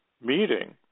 meeting